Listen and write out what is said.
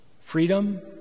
Freedom